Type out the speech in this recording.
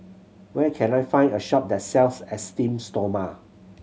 where can I find a shop that sells Esteem Stoma